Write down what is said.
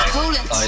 Poland